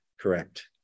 correct